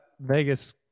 Vegas